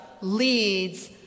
leads